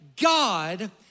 God